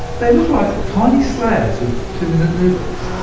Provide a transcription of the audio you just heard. they look like tiny slabs of two minute noodles.